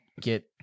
get